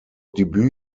blieben